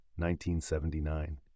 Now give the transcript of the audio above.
1979